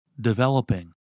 Developing